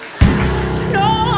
no